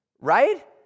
right